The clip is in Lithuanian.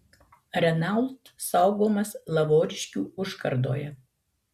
renault saugomas lavoriškių užkardoje